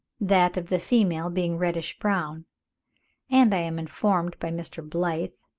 that of the female being reddish-brown and i am informed by mr. blyth,